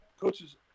coaches